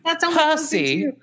Percy